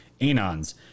Anons